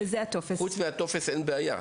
חוץ מהטופס אין בעיה.